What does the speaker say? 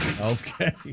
Okay